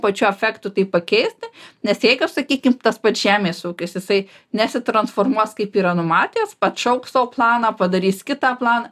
pačiu efektu tai pakeisti nes jeigu sakykim tas pats žemės ūkis jisai nesitransformuos kaip yra numatęs atšauks savo planą padarys kitą planą